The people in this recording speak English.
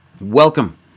welcome